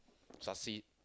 succeed